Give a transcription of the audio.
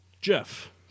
jeff